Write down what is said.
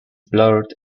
blurred